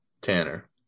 Tanner